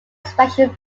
special